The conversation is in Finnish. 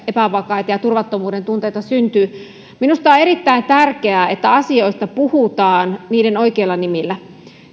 epävakaita ja turvattomuuden tunteita syntyy minusta on on erittäin tärkeää että asioista puhutaan niiden oikeilla nimillä